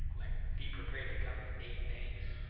like, be prepared to come with eight names?